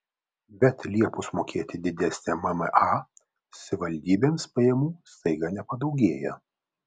bet liepus mokėti didesnę mma savivaldybėms pajamų staiga nepadaugėja